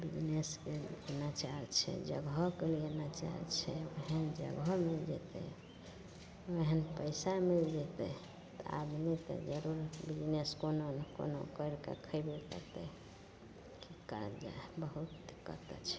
बिजनेसके लिए लचार छै जगहके लिए लचार छै एहन जगह नहि भेटै एहन पइसा नहि तऽ जरूर बिजनेस कोनो ने कोनो करिके खएबे करतै कि कएल जाए बहुत दिक्कत होइ छै